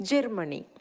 Germany